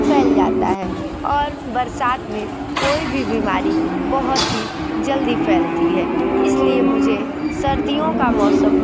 फैल जाता है और बरसात में कोई भी बिमारी बहुत ही जल्दी फैलती है इसलिए मुझे सर्दियों का मौसम